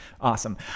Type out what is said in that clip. Awesome